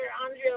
Andrea